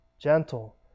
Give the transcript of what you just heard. gentle